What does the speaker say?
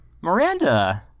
Miranda